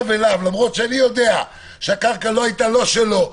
למרות שאני יודע שהקרקע לא הייתה לא שלו,